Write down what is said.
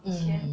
mm